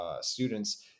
students